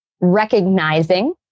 recognizing